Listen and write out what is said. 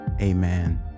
amen